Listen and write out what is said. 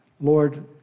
Lord